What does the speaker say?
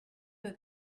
her